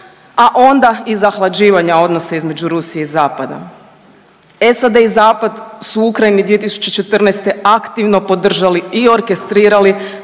a ona i zahlađivanja odnosa između Rusije i zapada. SAD i zapad su u Ukrajini 2014. aktivno podržali i orkestrirali